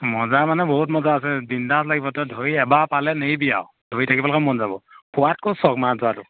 মজা মানে বহুত মজা আছে বিনদাচ লাগিব তই ধৰি এবাৰ পালে নেৰিবি আও ধৰি থাকিবলেকে মন যাব খোৱাতকৈ চখ মাছ ধৰাটো